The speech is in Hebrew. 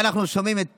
אנחנו שומעים את